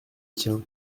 tien